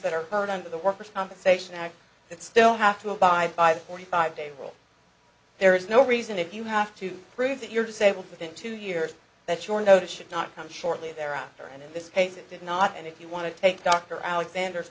that are covered under the worker's compensation act it's still have to abide by the forty five day rule there is no reason if you have to prove that you're disabled within two years that your notice should not come shortly thereafter and in this case it did not and if you want to take dr alexander